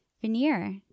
veneer